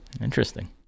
Interesting